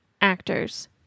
actors